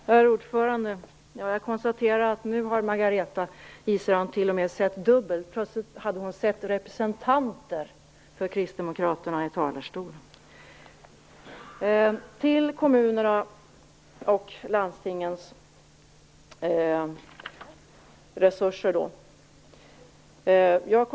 Herr talman! Jag konstaterar att nu har Margareta Israelsson t.o.m. sett dubbelt. Plötsligt har hon ju sett representanter för Kristdemokraterna i talarstolen. Sedan till frågan om kommunernas och landstingens resurser.